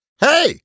Hey